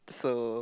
so